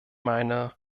meine